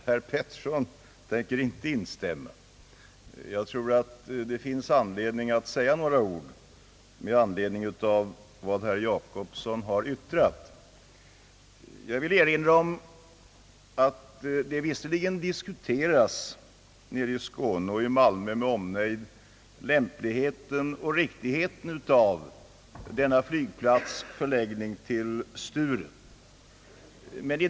Herr talman! Jag tänker inte instämma i föregående anförande. Jag tror däremot att det finns anledning att säga några ord i anledning av vad herr Jacobsson har yttrat. Jag vill erinra om att man nere i Skåne, framför allt i Malmö med omnejd, livligt diskuterat lämpligheten och riktigheten av att denna flygplats förläggs till Sturup.